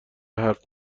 حرف